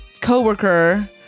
coworker